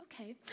Okay